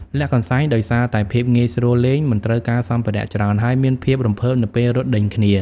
លាក់កន្សែង ដោយសារតែភាពងាយស្រួលលេង មិនត្រូវការសម្ភារៈច្រើន ហើយមានភាពរំភើបនៅពេលរត់ដេញគ្នា ។